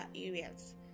areas